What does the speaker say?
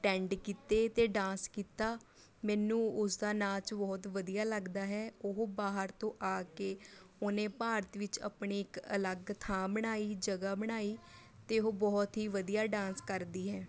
attend ਕੀਤੇ ਅਤੇ dance ਕੀਤਾ ਮੈਨੂੰ ਉਸਦਾ ਨਾਚ ਬਹੁਤ ਵਧੀਆ ਲੱਗਦਾ ਹੈ ਉਹ ਬਾਹਰ ਤੋਂ ਆ ਕੇ ਉਹਨੇ ਭਾਰਤ ਵਿੱਚ ਆਪਣੀ ਇੱਕ ਅਲੱਗ ਥਾਂ ਬਣਾਈ ਜਗ੍ਹਾ ਬਣਾਈ ਅਤੇ ਉਹ ਬਹੁਤ ਹੀ ਵਧੀਆ ਡਾਂਸ ਕਰਦੀ ਹੈ